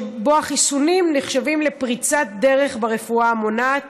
שבו החיסונים נחשבים לפריצת דרך ברפואה המונעת